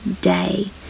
day